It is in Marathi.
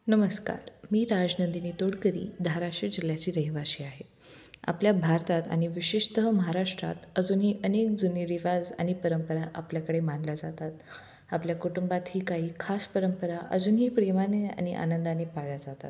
नमस्कार मी राजनंदिनी तोडकरी धाराशिव जिल्ह्याची रहिवाशी आहे आपल्या भारतात आणि विशिषतः महाराष्ट्रात अजूनही अनेक जुने रिवाज आणि परंपरा आपल्याकडे मानल्या जातात आपल्या कुटुंबात ही काही खास परंपरा अजूनही प्रेमाने आणि आनंदाने पाळल्या जातात